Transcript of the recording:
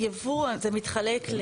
יבוא זה מתחלק,